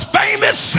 famous